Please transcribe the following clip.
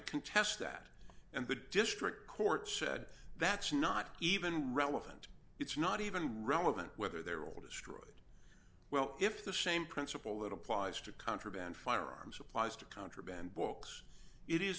contest that and the district court said that's not even relevant it's not even relevant whether they're all destroyed well if the same principle that applies to contraband firearms applies to contraband books it is